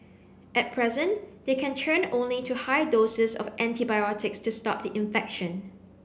at present they can turn only to high doses of antibiotics to stop the infection